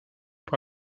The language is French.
pour